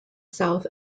south